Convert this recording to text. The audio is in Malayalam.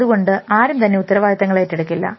അതുകൊണ്ട് ആരും തന്നെ ഉത്തരവാദിത്തങ്ങൾ ഏറ്റെടുക്കില്ല